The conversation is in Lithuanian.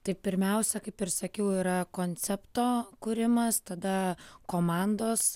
tai pirmiausia kaip ir sakiau yra koncepto kūrimas tada komandos